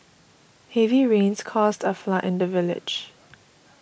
heavy rains caused a flood in the village